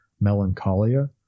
melancholia